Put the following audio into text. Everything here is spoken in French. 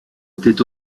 étaient